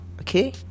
okay